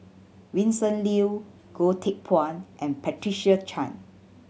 Vincent Leow Goh Teck Phuan and Patricia Chan